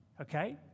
Okay